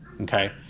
Okay